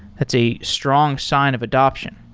that's a strong sign of adaption.